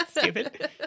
Stupid